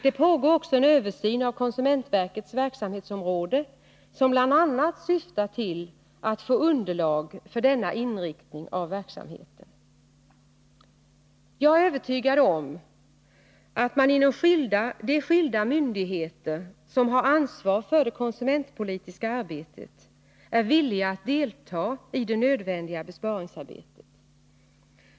Det pågår också en översyn av konsumentverkets verksamhetsområde som bl.a. syftar till att få underlag för denna inriktning av verksamheten. Jag är övertygad om att man inom de skilda myndigheter som har ansvar för det konsumentpolitiska arbetet är villig att delta i det nödvändiga besparingsarbetet.